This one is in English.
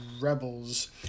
rebels